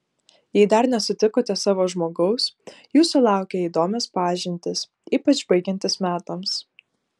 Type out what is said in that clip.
jei dar nesutikote savo žmogaus jūsų laukia įdomios pažintys ypač baigiantis metams